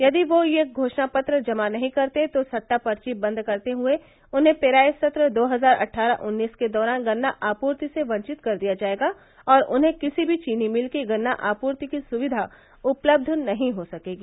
यदि वह यह घोषणा पत्र जमा नहीं करते तो सट्टा पर्वी बंद करते हुए उन्हें पेराई संत्र दो हजार अट्ठारह उन्नीस के दौरान गन्ना आपूर्ति से वंचित कर दिया जायेगा और उन्हें किसी भी चीनी मिल की गन्ना आपूर्ति की सुविधा उपलब्ध नहीं हो सकेगी